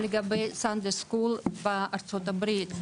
לגבי סאנדיי סקול בארצות הברית,